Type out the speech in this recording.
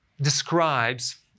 describes